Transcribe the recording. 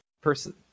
person